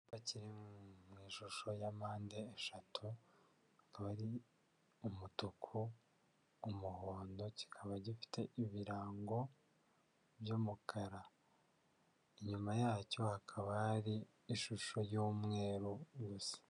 Icyapa kiri mu ishusho ya mpande eshatu akaba ari umutuku, umuhondo kikaba gifite ibirango by'umukara, inyuma yacyo hakaba hari ishusho y'umweru gusa.